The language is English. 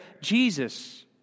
Jesus